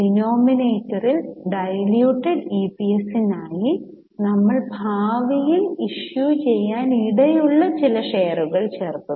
ഡിനോമിനേറ്ററിൽ ഡൈല്യൂട്ടഡ് ഇപിഎസിനായി നമ്മൾ ഭാവിയിൽ ഇഷ്യു ചെയ്യാനിടയുള്ള ചില ഷെയറുകൾ ചേർക്കുന്നു